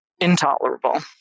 intolerable